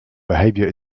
behavior